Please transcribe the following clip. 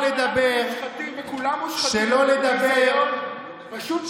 הניסיון, וכולם מושחתים הוא ניסיון פשוט שקרי.